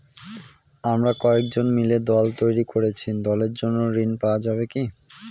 আমরা কয়েকজন মিলে দল তৈরি করেছি দলের জন্য ঋণ পাওয়া যাবে কি?